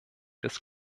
des